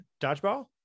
dodgeball